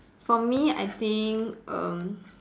for me I think err